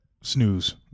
Snooze